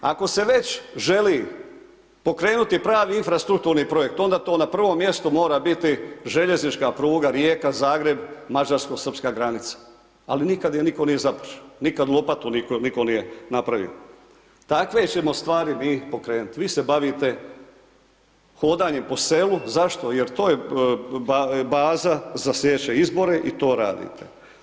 Ako se već želi pokrenuti pravi infrastrukturni projekt, onda to na prvom mjestu mora biti željeznička pruga Rijeka-Zagreb, mađarsko-srpska granica, ali nikad je nitko nije započeo, nikad lopatu nitko nije napravio, takve ćemo stvari mi pokrenuti, vi se bavite hodanjem po selu, zašto, jer to je baza za slijedeće izbore i to radite.